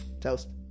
toast